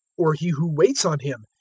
or he who waits on him?